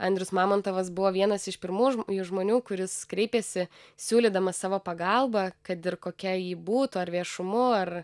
andrius mamontovas buvo vienas iš pirmųjų žmonių kuris kreipėsi siūlydamas savo pagalbą kad ir kokia ji būtų ar viešumu ar